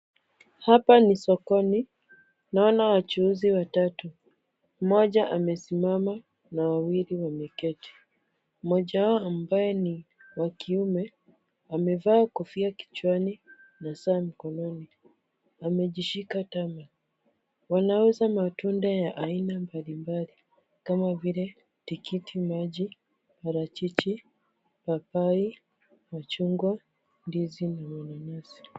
Hapa ni sokoni. Naona wachuuzi watatu. Mmoja amesimama na wawili wameketi. Mmoja wao ambaye ni wa kiume, amevaa kofia kichwani na saa mkononi. Amejishika tama. Wanauza matunda ya aina mbalimbali, kama vile, tikiti maji, parachichi ,papai, machungwa ,ndizi na nyinginezo